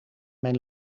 mijn